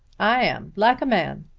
i am like a man.